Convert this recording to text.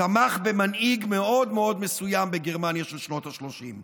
תמך במנהיג מאוד מאוד מסוים בגרמניה של שנות השלושים.